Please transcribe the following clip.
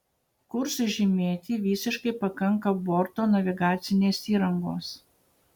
kursui žymėti visiškai pakanka borto navigacinės įrangos